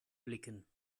blicken